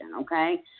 okay